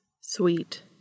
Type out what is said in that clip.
sweet